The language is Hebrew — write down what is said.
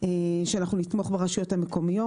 שאנחנו נתמוך ברשויות המקומיות.